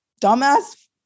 dumbass